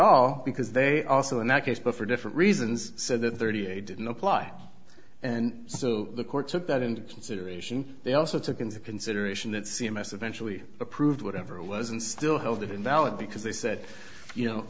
all because they also in that case but for different reasons said the thirty eight didn't apply and so the court took that into consideration they also took into consideration that c m s eventually approved whatever it was and still held it invalid because they said you know